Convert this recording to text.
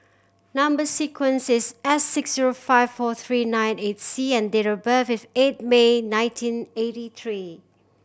number sequence is S six zero five four three nine eight C and date of birth is eight May nineteen eighty three